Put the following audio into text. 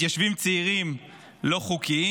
מתיישבים צעירים לא חוקיים.